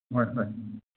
ꯍꯣꯏ ꯍꯣꯏ